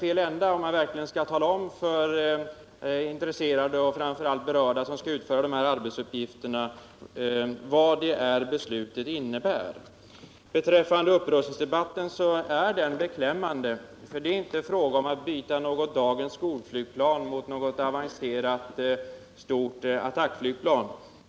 Men om man vill tala om för intresserade och framför allt för dem som är berörda av detta arbete så har man börjat i fel ända när man för debatten på detta sätt. När det gäller upprustningsdebatten är denna beklämmande. Det är nämligen inte fråga om att byta ut dagens skolflygplan mot något avancerat stort attackflygplan.